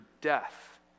death